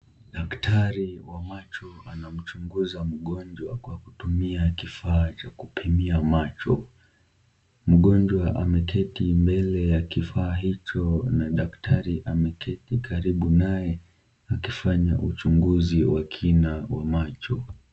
Daktari wa macho anamchunguza mgonjwa kwa kutumia kifaa cha kupimia macho. Mgonjwa ameketi mbele ya kifaa hicho na daktari ameketi karibu naye akifanya uchunguzi wa kina wa macho.